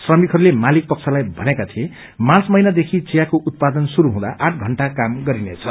श्रमिकहरूले मालिक पक्षलाइ भनेको थियो मार्च महिना देखि चियाको उत्पादन शुरू हुँ आठ षण्टा क्रम गरिनेछ